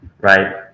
right